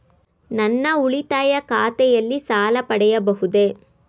ನನ್ನ ಉಳಿತಾಯ ಖಾತೆಯಲ್ಲಿ ಸಾಲ ಪಡೆಯಬಹುದೇ?